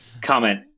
comment